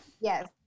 Yes